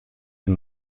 den